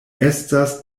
estas